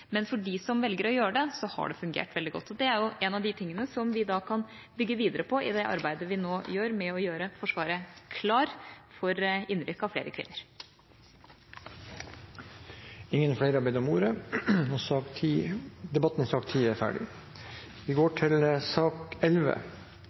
men for dem som velger å gjøre det, har det fungert veldig godt. Det er en av de tingene som vi kan bygge videre på i arbeidet med å gjøre Forsvaret klart for innrykk av flere kvinner. Flere har ikke bedt om ordet til sak